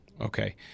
Okay